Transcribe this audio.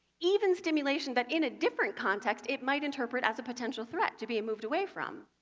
even stimulation that in a different context, it might interpret as a potential threat to be moved away from.